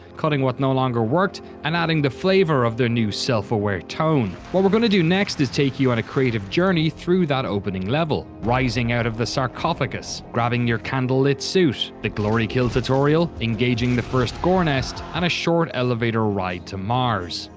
cutting what no longer worked and adding the flavor of the new self-aware tone. what we're going to do next is take you on a creative journey through that opening level. rising out of the sarcophagus, grabbing your candlelit suit, the glory kill tutorial, engaging the first gore nest, and on a short elevator ride to mars.